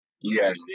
yes